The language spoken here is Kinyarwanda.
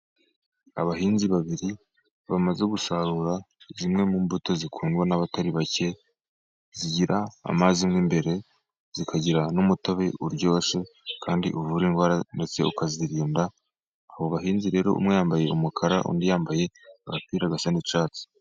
Abahinzi babiri bamaze gusarura zimwe mu mbuto zikundwa n'abatari bake. Zigira amazi mwo imbere zikagira n'umutobe uryoshye kandi uvura indwara ndetse ukazirinda .Abo bahinzi rero, umwe yambaye umukara undi yambaye agapira gasa n'icyatsi.